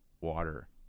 water